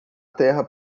terra